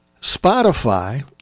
Spotify